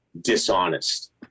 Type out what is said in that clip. dishonest